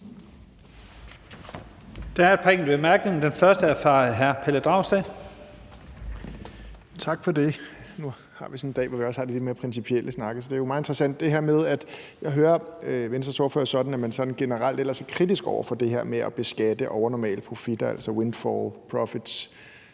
Der er et par enkelte korte bemærkninger. Den første er fra hr. Pelle Dragsted. Kl. 13:48 Pelle Dragsted (EL): Tak for det. Nu har vi sådan en dag, hvor vi også har de lidt mere principielle snakke, så det her er jo meget interessant, og jeg forstår ellers Venstres ordfører sådan, at man generelt er kritisk over for det her med at beskatte overnormale profitter, altså windfallprofits